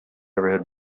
never